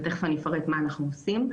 ותכף אני אפרט מה אנחנו עושים.